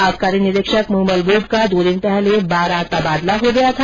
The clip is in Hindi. आबकारी निरीक्षक मूमल बूब का दो दिन पहले बारां तबादला हो गया था